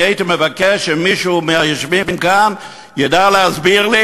הייתי מבקש שמישהו מהיושבים כאן ידע להסביר לי